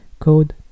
Code